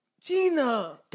Gina